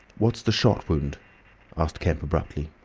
what's the shot wound asked kemp, abruptly.